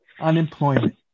Unemployment